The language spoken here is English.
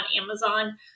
Amazon